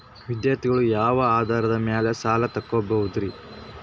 ವಿದ್ಯಾರ್ಥಿಗಳು ಯಾವ ಆಧಾರದ ಮ್ಯಾಲ ಸಾಲ ತಗೋಬೋದ್ರಿ?